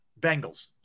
Bengals